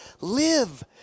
live